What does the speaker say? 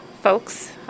folks